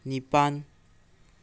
ꯅꯤꯄꯥꯜ